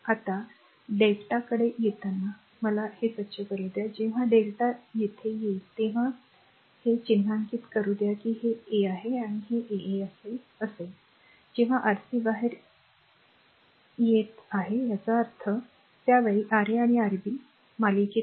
आता lrmΔ कडे येताना मला ते स्वच्छ करू द्या जेव्हा Δ येथे याल तेव्हा मला हे चिन्हांकित करू द्या की हे a आहे आणि हे r a a असे असेल जेव्हा Rc बाहेर येत आहे याचा अर्थ त्या वेळी Ra आणि Rb मालिकेत आहेत